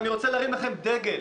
אני רוצה להרים לכם דגל.